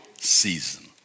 season